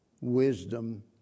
wisdom